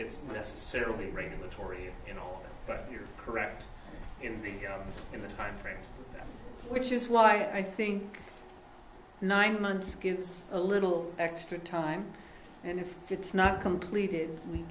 it's necessarily regulatory you know but you're correct in the in the time frame which is why i think nine months gives a little extra time and if it's not completed we